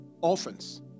orphans